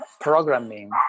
programming